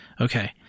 Okay